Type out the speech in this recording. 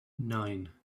nine